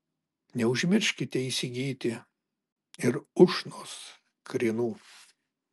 neužmirškite įsigyti ir ušnos krienų